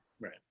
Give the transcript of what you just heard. right